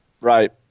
right